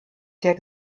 der